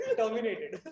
terminated